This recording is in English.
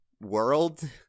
world